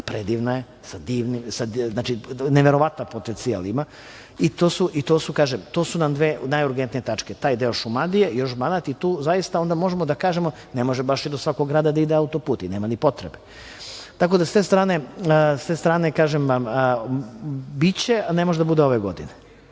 predivna je, neverovatan potencijal ima. I to su nam dve najurgentnije tačke, taj deo Šumadije, još Banat i tu zaista onda možemo da kažemo, ne može baš i do svakog grada da ide auto-put i nema ni potrebe. Tako da, s te strane kažem, biće, ne može da bude ove godine.